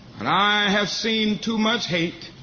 and i have seen too much hate.